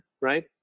right